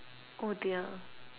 oh dear